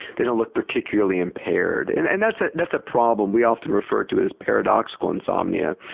they don't look particularly impaired. and and that's ah that's a problem, we often refer to it as paradoxical insomnia.